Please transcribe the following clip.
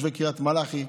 תושבי קריית מלאכי.